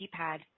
keypad